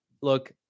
look